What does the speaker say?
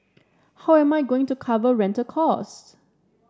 how am I going to cover rental costs